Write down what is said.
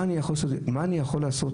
מה אני יכול לעשות?